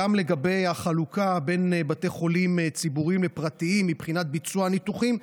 גם לגבי החלוקה בין בתי חולים ציבוריים לפרטיים מבחינת ביצוע הניתוחים,